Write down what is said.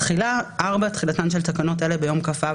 תחילה תחילתן של תקנות אלה ביום כ"ו